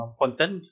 content